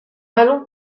vallon